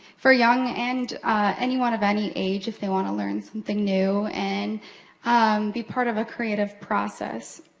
for young, and anyone of any age if they wanna learn something new and be part of a creative process.